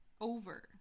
over